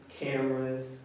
cameras